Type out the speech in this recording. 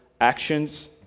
actions